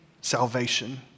salvation